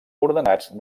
ordenats